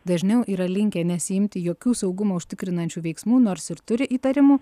dažniau yra linkę nesiimti jokių saugumą užtikrinančių veiksmų nors ir turi įtarimų